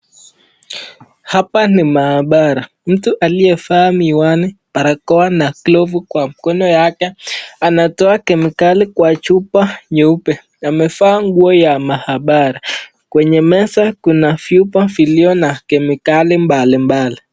Hapa ni maabara. Mtu aliyevaa miwani, barakoa na glovu kwa mikono yake anatoa kemikali kwa chupa nyeupe. Amevaa nguo ya maabara. Kwenye meza kuna vyupa viliyo na kemikali mbalimbali.